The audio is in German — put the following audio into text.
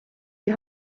die